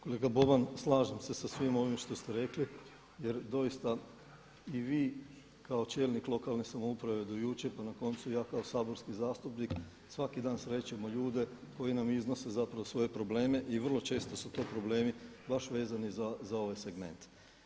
Kolega Boban, slažem se sa svim ovim što ste rekli jer doista i vi kao čelnik lokalne samouprave do jučer, pa na koncu i ja kao saborski zastupnik svaki dan srećemo ljude koji nam iznose zapravo svoje probleme i vrlo često su to problemi baš vezani za ovaj segment.